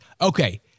okay